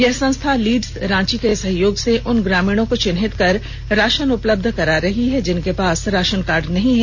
यह संस्था लिड्स राँची के सहयोग से उन ग्रामीणों को चिह्नित कर राशन सामग्री उपलब्ध करा रही है जिनके पास राशन कार्ड नहीं हैं